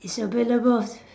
is available